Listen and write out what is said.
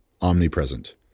omnipresent